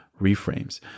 reframes